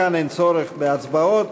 כאן אין צורך בהצבעות,